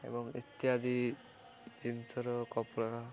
ଏବଂ ଇତ୍ୟାଦି ଜିନିଷର କପଡ଼ା